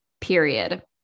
Period